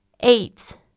Eight